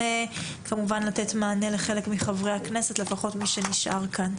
וכמובן לתת מענה לכמה מחברי הכנסת שנשארו כאן.